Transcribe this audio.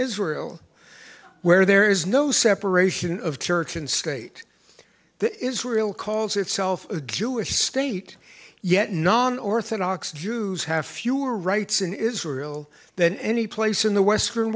israel where there is no separation of church and state that israel calls itself a jewish state yet non orthodox jews have fewer rights in israel than any place in the western